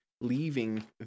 leaving